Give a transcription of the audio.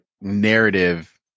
narrative